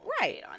right